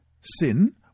Sin